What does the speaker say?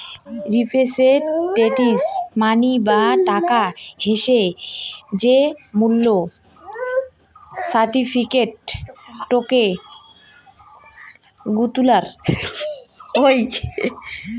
representative money বা টাকা হসে যে মূল্য সার্টিফিকেট, টোকেন গুলার হই